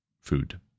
food